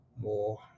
more